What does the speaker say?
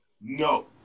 no